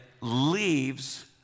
leaves